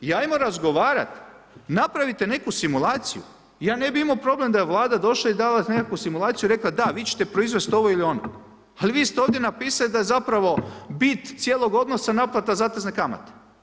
I ajmo razgovarat, napravite neku simulaciju, ja ne bi imao problem da je Vlada došla i dala nekakvu simulaciju i rekla da, vi ćete proizvest ovo ili ono, ali vi ste ovdje napisali da zapravo bit cijelog odnosa naplata zatezne kamate.